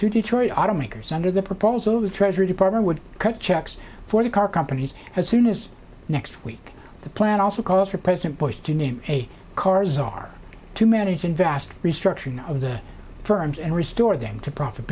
to detroit automakers under the proposal the treasury department would cut checks for the car companies as soon as next week the plan also calls for president bush to name a cars are to manage an vast restructuring of the firms and restore them to profit